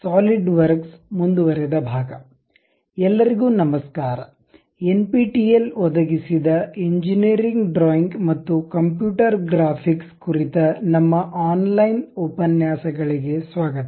SolidWorks ಮುಂದುವರೆದ ಎಲ್ಲರಿಗೂ ನಮಸ್ಕಾರ ಎನ್ಪಿಟಿಇಎಲ್ ಒದಗಿಸಿದ ಎಂಜಿನಿಯರಿಂಗ್ ಡ್ರಾಯಿಂಗ್ ಮತ್ತು ಕಂಪ್ಯೂಟರ್ ಗ್ರಾಫಿಕ್ಸ್ ಕುರಿತ ನಮ್ಮ ಆನ್ಲೈನ್ ಉಪನ್ಯಾಸಗಳಿಗೆ ಸ್ವಾಗತ